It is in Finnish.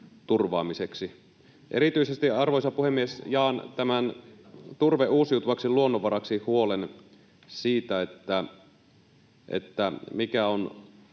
turvaamiseksi. Erityisesti, arvoisa puhemies, jaan tämän Turve uusiutuvaksi luonnonvaraksi ‑aloitteen huolen siitä, mikä on